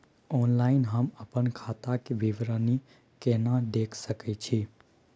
Online हम अपन खाता के विवरणी केना देख सकै छी?